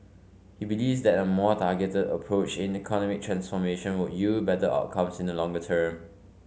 he believes that a more targeted approach in economic transformation would yield better outcomes in the longer term